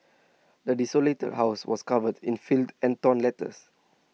the desolated house was covered in filth and torn letters